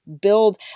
build